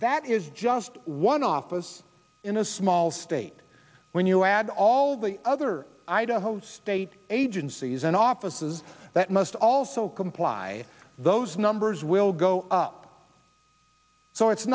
that is just one office in a small state when you add all the other idaho's state agencies and offices that must also comply those numbers will go up so it's